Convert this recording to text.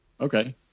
Okay